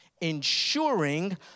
Ensuring